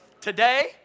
Today